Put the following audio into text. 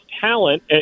talent